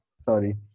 Sorry